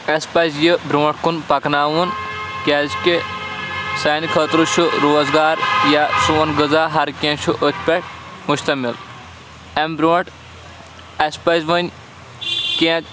اَسہِ پَزِ یہِ برونٛٹھ کُن پَکناوُن کیٛازِکہِ سانہِ خٲطرٕ چھُ روزگار یا سون غذا ہرکینٛہہ چھُ أتھۍ پٮ۪ٹھ مُشتَمِل اَمہِ برونٛٹھ اَسہِ پَزِ وۄنۍ کینٛہہ